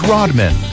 Rodman